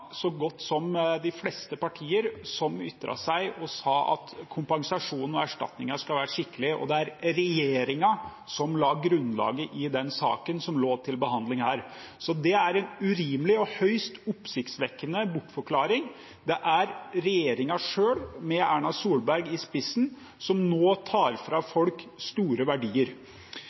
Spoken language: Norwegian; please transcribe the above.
så godt som de fleste partier som ytret seg og sa at kompensasjonen og erstatningen skal være skikkelig, og det var regjeringen som la grunnlaget i den saken som lå til behandling da. Så det er en urimelig og høyst oppsiktsvekkende bortforklaring. Det er regjeringen selv, med Erna Solberg i spissen, som nå tar fra folk store verdier.